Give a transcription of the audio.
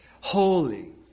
Holy